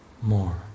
more